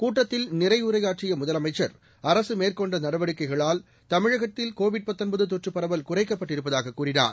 கூட்டத்தில் நிறைவுரையாற்றிய முதலமைச்சர் அரசு மேற்கொண்ட நடவடிக்கைகளால் தமிழகத்தில் கோவிட் தொற்றுப் பரவல் குறைக்கப்பட்டிருப்பதாக கூறினார்